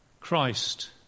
Christ